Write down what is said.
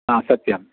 हा सत्यम्